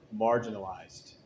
marginalized